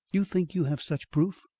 you think you have such proof,